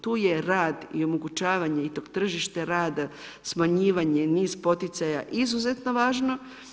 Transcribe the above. Tu je rad i omogućavanje i tog tržišta rada, smanjivanje, niz poticaja izuzetno važno.